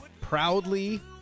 proudly